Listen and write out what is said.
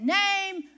name